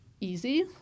easy